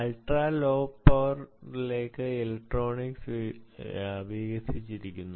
ultra low പവറിലേക്ക് electronics വികസിച്ചിരിക്കുന്നു